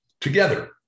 together